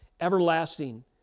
everlasting